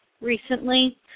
recently